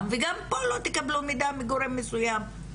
וגם פה לא תקבלו מידע מגורם מסוים,